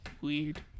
weird